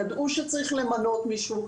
ידעו שצריך למנות מישהו,